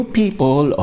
people